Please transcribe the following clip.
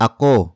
Ako